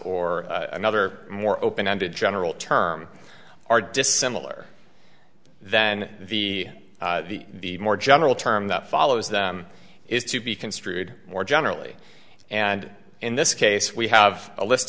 or another more open ended general term are dissimilar then the the the more general term that follows them is to be construed more generally and in this case we have a list